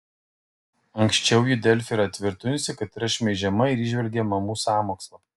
anksčiau ji delfi yra tvirtinusi kad yra šmeižiama ir įžvelgė mamų sąmokslą